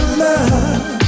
love